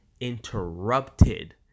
interrupted